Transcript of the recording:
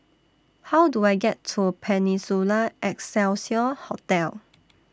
How Do I get to Peninsula Excelsior Hotel